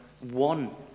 one